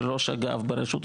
של ראש אגף ברשות,